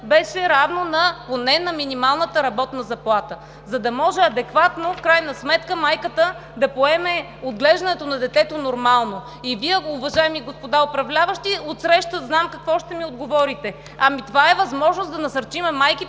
беше равно поне на минималната работна заплата, за да може адекватно в крайна сметка майката нормално да поеме отглеждането на детето. И Вие, уважаеми господа управляващи, отсреща, знам какво ще ми отговорите: ами, това е възможност да насърчим майките